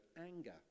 anger